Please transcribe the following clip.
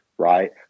Right